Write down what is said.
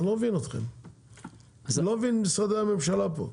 אני לא מבין את משרדי הממשלה פה,